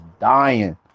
dying